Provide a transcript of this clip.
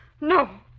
no